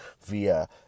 via